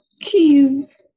keys